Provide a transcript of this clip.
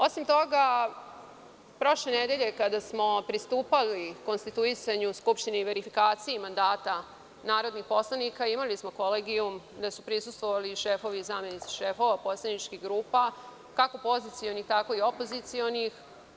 Osim toga, prošle nedelje kada smo pristupali konstituisanju Skupštine i verifikaciji mandata narodnih poslanika imali smo kolegijum gde su prisustvovali šefovi i zamenici šefova poslaničkih grupa kako pozicionih tako i opozicionih.